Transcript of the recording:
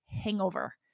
hangover